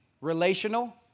Relational